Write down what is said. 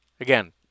Again